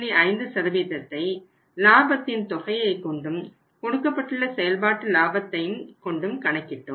5ஐ லாபத்தின் தொகையை கொண்டும் கொடுக்கப்பட்டுள்ள செயல்பாட்டு லாபத்தை கணக்கிட்டோம்